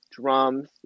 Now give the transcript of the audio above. drums